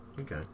Okay